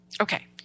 Okay